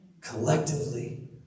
Collectively